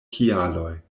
kialoj